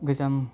गोजाम